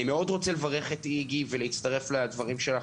אני מאוד רוצה לברך את איג"י ולהצטרף לדברים שלך,